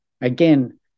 Again